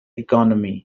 economy